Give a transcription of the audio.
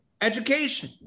education